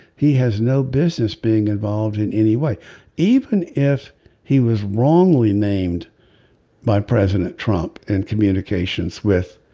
he has no business being involved in any way even if he was wrongly named by president trump and communications with.